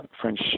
French